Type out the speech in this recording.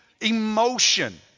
emotion